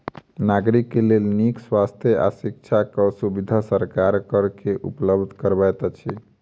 नागरिक के लेल नीक स्वास्थ्य आ शिक्षाक सुविधा सरकार कर से उपलब्ध करबैत अछि